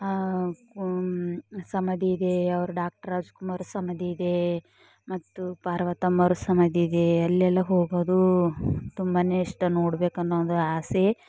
ಸಮಾಧಿ ಇದೆ ಅವ್ರ ಡಾಕ್ಟ್ರ್ ರಾಜ್ಕುಮಾರ್ ಸಮಾಧಿ ಇದೆ ಮತ್ತು ಪಾರ್ವತಮ್ಮ ಅವ್ರ ಸಮಾಧಿ ಇದೆ ಅಲ್ಲೆಲ್ಲ ಹೋಗೋದು ತುಂಬನೇ ಇಷ್ಟ ನೋಡಬೇಕೆನ್ನೋ ಒಂದು ಆಸೆ